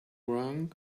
wrong